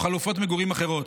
או חלופות מגורים אחרות.